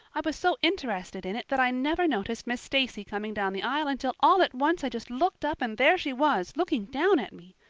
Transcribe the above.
i was so interested in it that i never noticed miss stacy coming down the aisle until all at once i just looked up and there she was looking down at me,